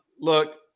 Look